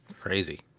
Crazy